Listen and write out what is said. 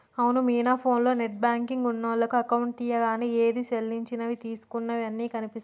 అవును మీనా ఫోన్లో నెట్ బ్యాంకింగ్ ఉన్నోళ్లకు అకౌంట్ తీయంగానే ఏది సెల్లించినవి తీసుకున్నయి అన్ని కనిపిస్తాయి